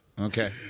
okay